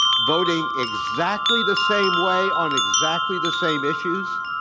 voting exactly the same way on exactly the same issues,